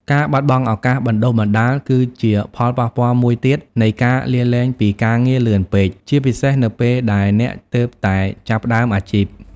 ការបាត់បង់ឱកាសបណ្ដុះបណ្ដាល គឺជាផលប៉ះពាល់មួយទៀតនៃការលាលែងពីការងារលឿនពេក ជាពិសេសនៅពេលដែលអ្នកទើបតែចាប់ផ្ដើមអាជីព។